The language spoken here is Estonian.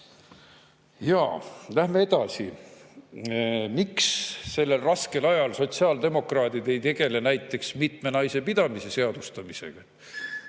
Aga läheme edasi. Miks sellel raskel ajal sotsiaaldemokraadid ei tegele näiteks mitmenaisepidamise seadustamisega?